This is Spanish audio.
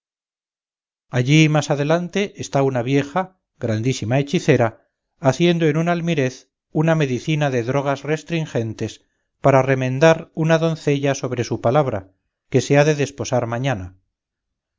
allí más adelante está una vieja grandísima hechicera haciendo en un almirez una medicina de drogas restringentes para remendar una doncella sobre su palabra que se ha de desposar mañana